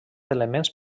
elements